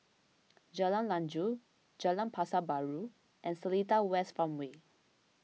Jalan Lanjut Jalan Pasar Baru and Seletar West Farmway